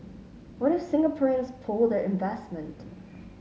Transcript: what if Singaporeans pull their investment